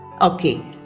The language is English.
Okay